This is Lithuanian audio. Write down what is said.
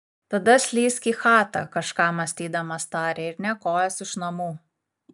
tada slysk į chatą kažką mąstydamas tarė ir nė kojos iš namų